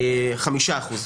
חמישה אחוזים.